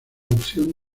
opción